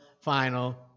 final